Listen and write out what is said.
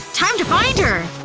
time to find her!